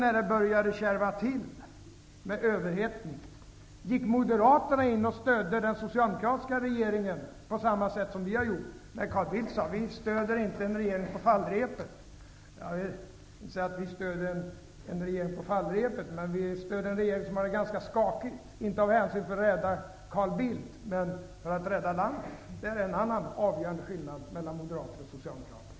När det började kärva till med överhettning, på vilka punkter gick då Moderaterna in och stödde den socialdemokratiska regeringen, på samma sätt som vi nu har gjort? Carl Bildt sade: Vi stöder inte en regering på fallrepet. Jag vill inte säga att vi stöder en regering på fallrepet, men vi stöder en regering som har det ganska skakigt. Det gör vi inte för att rädda Carl Bildt, utan för att rädda landet. Det är en annan avgörande skillnad mellan moderater och socialdemokrater.